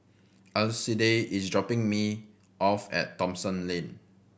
Alcide is dropping me off at Thomson Lane